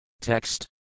Text